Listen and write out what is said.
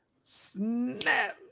snap